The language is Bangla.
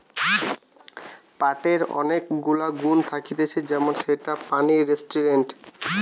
পাটের অনেক গুলা গুণা থাকতিছে যেমন সেটা পানি রেসিস্টেন্ট